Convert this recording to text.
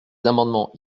amendements